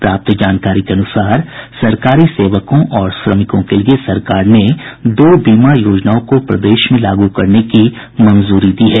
प्राप्त जानकारी के अनुसार सरकारी सेवकों और श्रमिकों के लिए सरकार ने दो बीमा योजनाओं को प्रदेश में लागू करने की मंजूरी दी है